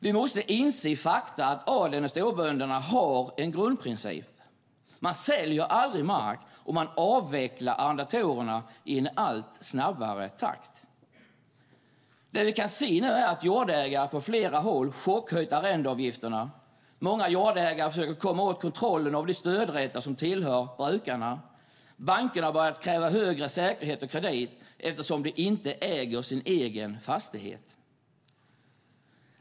Vi måste inse faktum - adeln och storbönderna har en grundprincip. Man säljer aldrig mark, och man avvecklar arrendatorer i allt snabbare takt. Det vi kan se nu är att jordägare på flera håll har chockhöjt arrendeavgifterna. Många jordägare försöker komma åt kontrollen av de stödrätter som tillhör brukarna. Banker har börjat kräva högre säkerhet för kredit eftersom människor inte äger sin egen fastighet.